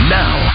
now